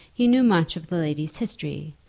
he knew much of the lady's history,